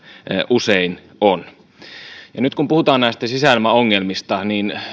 usein on nyt kun puhutaan näistä sisäilmaongelmista niin